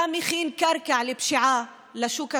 אתה מכין קרקע לפשיעה, לשוק השחור,